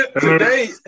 Today